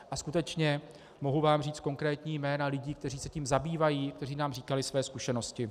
A skutečně mohu vám říct konkrétní jména lidí, kteří se tím zabývají, kteří nám říkali své zkušenosti.